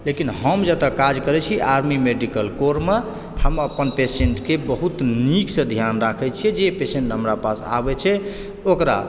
लेकिन हम जतऽ काज करए छी आर्मी मेडिकल कोरमे हम अपन पेसेन्टके बहुत नीकसँ ध्यान राखए छिऐ जे पेसेन्ट हमरा पास आबए छै ओकरा